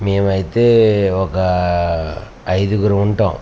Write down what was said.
మేము అయితే ఒక ఐదుగురు ఉంటాము